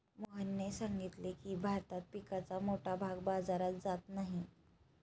मोहनने सांगितले की, भारतात पिकाचा मोठा भाग बाजारात जात नाही